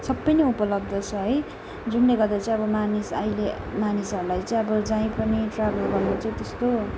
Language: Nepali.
सबै नै उपलब्ध छ है जुनले गर्दा चाहिँ अब मानिस अहिले मानिसहरूलाई चाहिँ अब जहीँ पनि ट्र्याभल गर्नु चाहिँ त्यस्तो